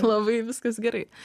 labai viskas gerai